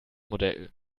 modell